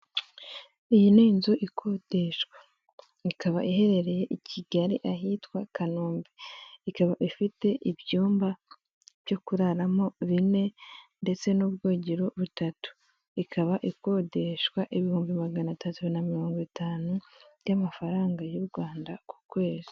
Iyi ni inzu ikodeshwa ikaba iherereye i Kigali ahitwa Kanombe, ikaba ifite ibyumba byo kuraramo bine ndetse n'ubwogero butatu, ikaba ikodeshwa ibihumbi magana atatu na mirongo itanu by'amafaranga y'u Rwanda ku kwezi.